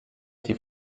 die